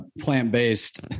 plant-based